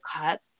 cut